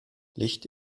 licht